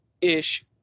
ish